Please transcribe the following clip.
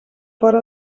fora